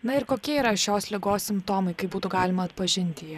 na ir kokie yra šios ligos simptomai kaip būtų galima atpažinti ją